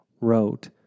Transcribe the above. wrote